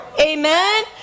Amen